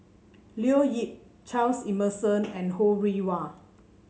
Leo Yip Charles Emmerson and Ho Rih Hwa